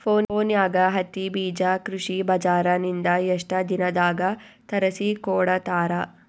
ಫೋನ್ಯಾಗ ಹತ್ತಿ ಬೀಜಾ ಕೃಷಿ ಬಜಾರ ನಿಂದ ಎಷ್ಟ ದಿನದಾಗ ತರಸಿಕೋಡತಾರ?